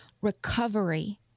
recovery